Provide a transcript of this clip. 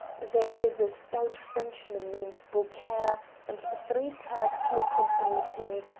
there is a stout frenchman named beaucaire and three turks who accompanied him,